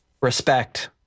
respect